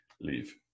leave